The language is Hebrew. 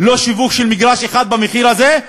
אין שיווק של מגרש אחד במחיר הזה,